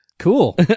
cool